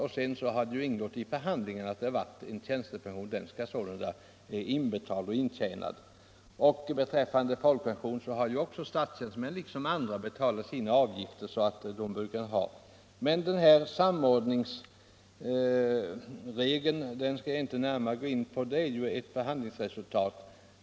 Sedan har det ingått — Om pensionsförmåi förhandlingarna att det varit fråga om en tjänstepension. Den är inbetald = nerna för statspenoch intjänad. Dessutom har statstjänstemännen liksom andra betalat sina — sionär med folkpensionsavgifter. förtidsuttag av Samordningsbestämmelserna skall jag inte närmare gå in på. De utgör = folkpension ett förhandlingsresultat.